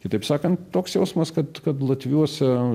kitaip sakant toks jausmas kad kad latviuose